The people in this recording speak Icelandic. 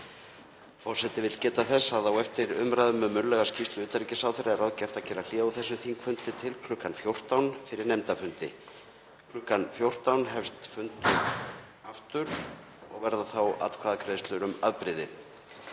Forseti vill geta þess að á eftir umræðum um munnlega skýrslu utanríkisráðherra er ráðgert að gera hlé á þessum þingfundi til kl. 14 fyrir nefndafundi. Klukkan 14 hefst fundur aftur og verða þá atkvæðagreiðslur um afbrigði.